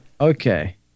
Okay